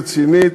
רצינית,